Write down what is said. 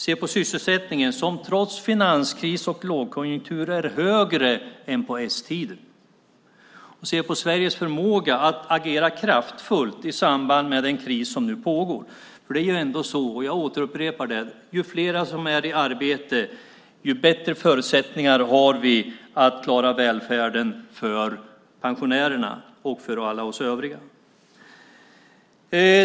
Se på sysselsättningen, som trots finanskris och lågkonjunktur är högre än på s-tiden! Se på Sveriges förmåga att agera kraftfullt i samband med den kris som nu pågår! Det är ju ändå så, och jag upprepar det, att desto fler som är i arbete, ju bättre förutsättningar har vi att klara välfärden för pensionärerna och för alla oss övriga.